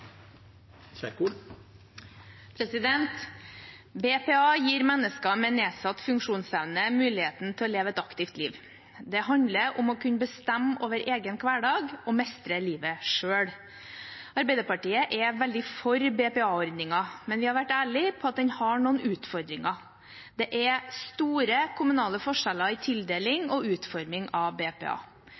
BPA gir mennesker med nedsatt funksjonsevne muligheten til å leve et aktivt liv. Det handler om å kunne bestemme over egen hverdag og mestre livet selv. Arbeiderpartiet er veldig for BPA-ordningen, men vi har vært ærlig på at den har noen utfordringer. Det er store kommunale forskjeller i tildeling og utforming av BPA.